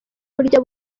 burya